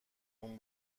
اون